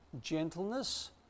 gentleness